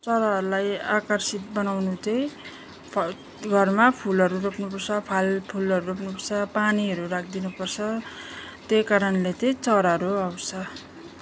चराहरूलाई आकार्षित बनाउनु चाहिँ फल घरमा फुलहरू रोप्नुपर्छ फलफुलहरू रोप्नुपर्छ पानीहरू राखिदिनुपर्छ त्यही कारणले चाहिँ चराहरू आउँछ